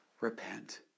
Repent